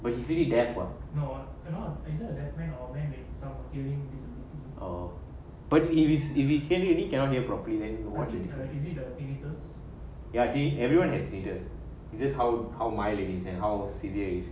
but easily death one no know either that or maybe some healing or birding areas if it can't really cannot hear properly then you watch any correct easy the illegals yati everyone as leaders we just how how my leanings and how senior is